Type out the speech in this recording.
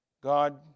God